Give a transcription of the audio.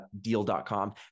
deal.com